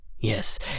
Yes